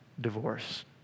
divorce